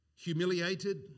humiliated